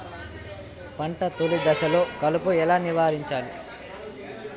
పంట తొలి దశలో కలుపు ఎలా నివారించాలి?